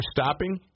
stopping